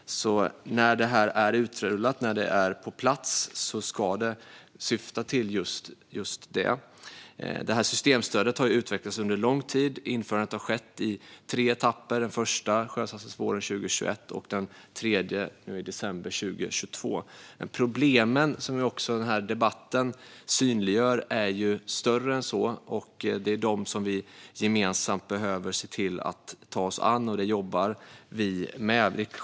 När detta är utrullat och på plats är syftet alltså att det ska bli på det sättet. Detta systemstöd har utvecklats under lång tid. Införandet har skett i tre etapper. Den första sjösattes våren 2021, och den tredje sjösattes i december 2022. Men problemen som också denna debatt synliggör är större än så, och det är dessa problem som vi gemensamt behöver se till att ta oss an. Det jobbar vi med.